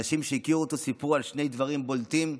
אנשים שהכירו אותו סיפרו על שני דברים בולטים: